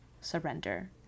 surrender